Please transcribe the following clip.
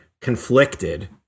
conflicted